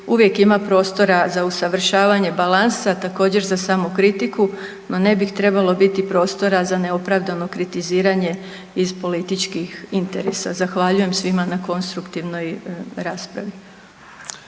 uvijek ima prostora za usavršavanje balansa, također za samokritiku. No ne bi trebalo biti prostora za neopravdano kritiziranje iz političkih interesa. Zahvaljujem svima na konstruktivnoj raspravi.